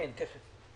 כן.